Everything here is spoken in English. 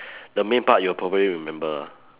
the main part you'll probably remember